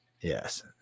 Yes